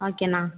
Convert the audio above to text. ஓகேண்ணா